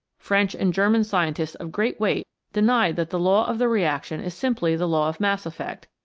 french and german scientists of great weight denied that the law of the reaction is simply the law of mass effect,